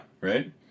Right